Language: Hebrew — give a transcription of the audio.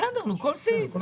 בסדר, כל סעיף.